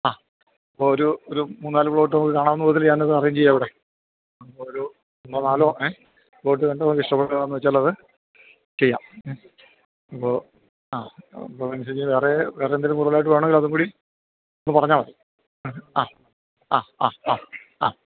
ആ ഒരു ഒരു മൂന്ന് നാല് പ്ലോട്ട് നമുക്ക് കാണാവുന്ന വിധത്തിൽ ഞാൻ അതറേൻജ് ചെയ്യാൻ കൂടെ ഒരു മൂന്നോ നാലോ ഏ പ്ലോട്ട് കണ്ട് നമുക്ക് ഇഷ്ടപ്പെടണത് ഏതാണെന്ന് വെച്ചാലത് ചെയ്യാം അപ്പോൾ ആ ബിൻസിക്ക് വേറെ വേറെ എന്തേലും കൂടുതലായിട്ട് വേണമെങ്കിൽ അതും കൂടി ഒന്ന് പറഞ്ഞാൽ മതി ആ ആ ആ ആ ആ